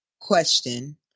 question